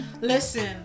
Listen